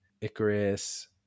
Icarus